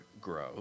grow